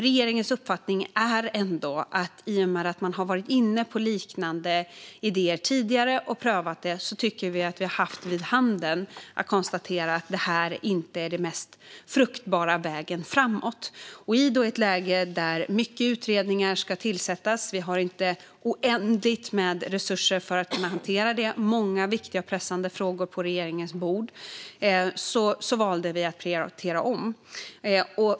Regeringens uppfattning är ändå att i och med att man varit inne på liknande idéer tidigare och prövat det tycker vi att det gett vid handen att det inte är den mest fruktbara vägen framåt. I ett läge där många utredningar skulle tillsättas, där vi inte hade oändligt med resurser för att kunna hantera det och där vi hade många viktiga och pressande frågor på regeringens bord valde vi att prioritera om.